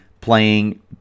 playing